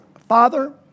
Father